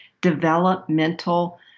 developmental